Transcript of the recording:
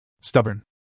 stubborn